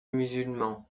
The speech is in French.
musulman